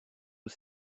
aux